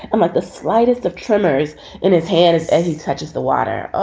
um at the slightest of tremors in his hands as he touches the water. ah